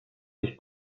beş